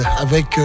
avec